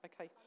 Okay